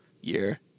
year